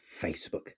Facebook